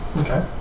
Okay